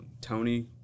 Tony